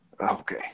Okay